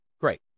great